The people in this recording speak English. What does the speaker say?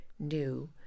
new